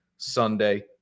Sunday